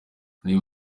niba